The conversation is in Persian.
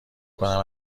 کنم